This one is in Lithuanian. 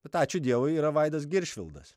bet ačiū dievui yra vaidas giršvildas